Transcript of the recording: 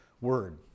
word